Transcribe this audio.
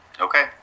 Okay